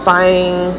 buying